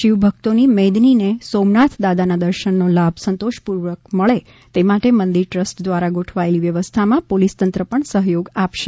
શિવ ભક્તો ની મેદની ને સોમનાથ દાદાના દર્શન નો લાભ સંતોષપૂર્વક મળે તે માટે મંદિર ટ્રસ્ટ દ્વારા ગોઠવાયેલી વ્યવસ્થા માં પોલિસ તંત્ર પણ સહયોગ આપશે